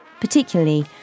particularly